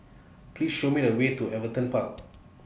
Please Show Me The Way to Everton Park